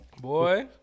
boy